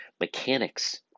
mechanics